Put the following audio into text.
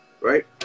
Right